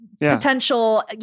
potential